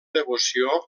devoció